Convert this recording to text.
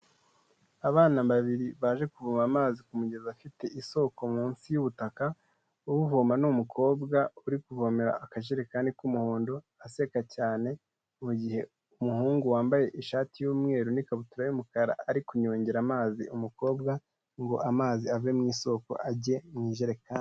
Abana babiri baje kuvoma amazi ku ku mugezi afite isoko munsi y'ubutaka, uvoma ni umukobwa uri kuvomera akajerekani k'umuhondo aseka cyane, mu gihe umuhungu wambaye ishati y'umweru n'ikabutura y'umukara ari kunyongera amazi umukobwa, ngo amazi ave mu isoko ajye mu ijerekani.